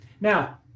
Now